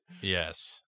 Yes